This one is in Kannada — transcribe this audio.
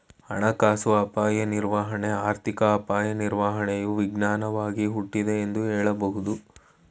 ಹಣಕಾಸು ಅಪಾಯ ನಿರ್ವಹಣೆ ಆರ್ಥಿಕ ಅಪಾಯ ನಿರ್ವಹಣೆಯು ವಿಜ್ಞಾನವಾಗಿ ಹುಟ್ಟಿದೆ ಎಂದು ಹೇಳಬಹುದು